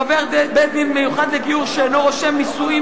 חבר בית-דין מיוחד לגיור שאינו רושם נישואים